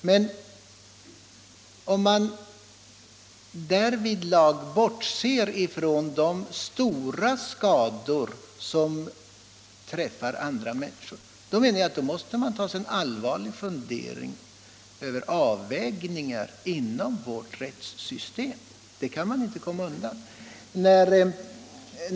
Men om man därvidlag bortser från de stora skador som drabbar andra människor, måste man ta sig en allvarlig funderare över avvägningar inom vårt rättssystem — det kan man inte komma undan.